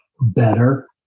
better